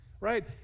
right